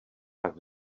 tak